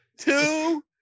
Two